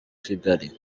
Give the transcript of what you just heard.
kigali